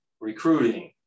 recruiting